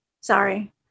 Sorry